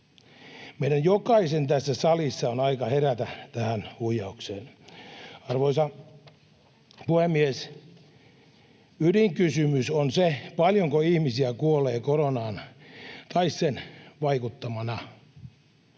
Meidän jokaisen tässä salissa on aika herätä tähän huijaukseen. Arvoisa puhemies! Ydinkysymys on se, paljonko ihmisiä kuolee koronaan tai sen vaikuttamana.